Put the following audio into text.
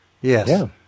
Yes